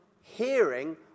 hearing